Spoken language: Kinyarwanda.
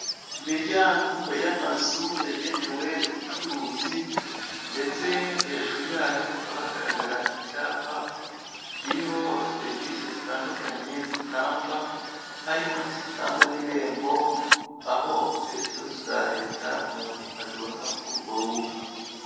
Imiryango y'amazu yagenewe ubucuruzi ndetse hejuru yayo hakaba hagaragara icyapa kiriho serivisi zitandukanye zitangwa harimo n'izitangwa n'irembo, aho serivisi za leta umuntu azibona kuri urwo rubuga.